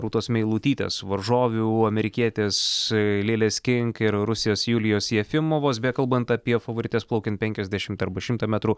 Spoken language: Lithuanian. rūtos meilutytės varžovių amerikietės lilės kink ir rusijos julijos jefimovos bekalbant apie favorites plaukiant penkiasdešimt arba šimtą metrų